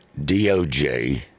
DOJ